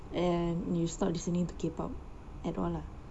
and you stopped listening to K pop at all lah